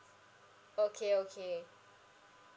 okay okay